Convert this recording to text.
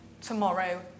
tomorrow